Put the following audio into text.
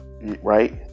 right